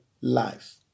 life